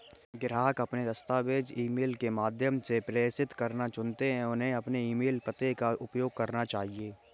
ग्राहक अपने दस्तावेज़ ईमेल के माध्यम से प्रेषित करना चुनते है, उन्हें अपने ईमेल पते का उपयोग करना चाहिए